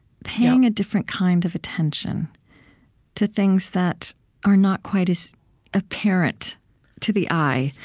paying a different kind of attention to things that are not quite as apparent to the eye,